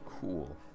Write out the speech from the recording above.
Cool